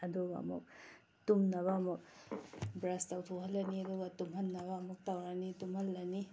ꯑꯗꯨꯒ ꯑꯃꯨꯛ ꯇꯨꯝꯅꯕ ꯑꯃꯨꯛ ꯕ꯭ꯔꯁ ꯇꯧꯊꯣꯛꯍꯜꯂꯅꯤ ꯑꯗꯨꯒ ꯇꯨꯝꯍꯟꯅꯕ ꯑꯃꯨꯛ ꯇꯧꯔꯅꯤ ꯇꯨꯝꯍꯜꯂꯅꯤ